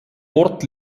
ort